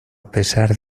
pesar